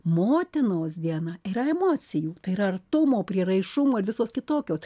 motinos diena yra emocijų yra artumo prieraišumo ir visos kitokios